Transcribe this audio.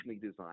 designed